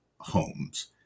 homes